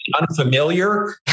unfamiliar